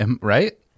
right